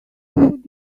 would